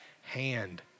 hand